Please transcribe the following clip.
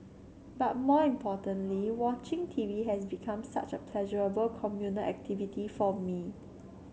but more importantly watching T V has become such a pleasurable communal activity for me